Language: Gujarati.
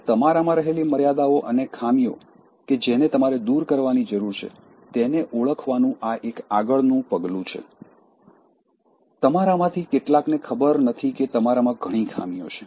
હવે તમારામાં રહેલી મર્યાદાઓ અને ખામીઓ કે જેને તમારે દૂર કરવાની જરૂર છે તેને ઓળખવાનું આ એક આગળનું પગલું છે તમારામાંથી કેટલાકને ખબર નથી કે તમારામાં ઘણી ખામીઓ છે